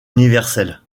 universel